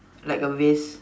like a vest